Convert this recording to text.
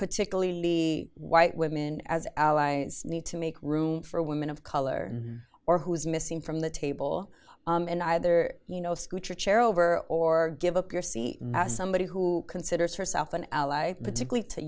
particularly white women as allies need to make room for women of color or who is missing from the table and either you know scoot your chair over or give up your see somebody who considers herself an ally particularly to